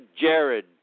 Jared